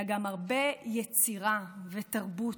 אלא גם הרבה יצירה ותרבות.